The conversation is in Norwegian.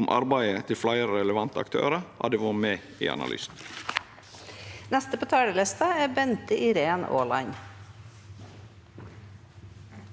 om arbeidet til fleire relevante aktørar hadde vore med i analysen.